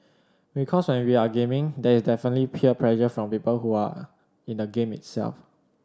because when we are gaming there is definitely peer pressure from people who are in the game itself